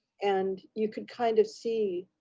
and you could kind of see